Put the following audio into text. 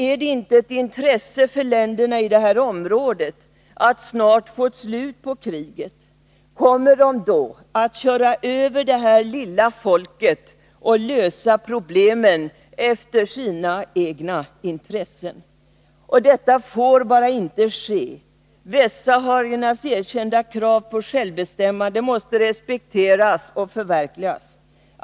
Är det inte ett intresse för länderna i detta område att snart få slut på kriget? Kommer de då att köra över detta lilla folk och lösa problemen efter sina egna intressen? Detta får bara inte ske. Västsahariernas erkända krav på självbestämmande måste respekteras och förverkligas.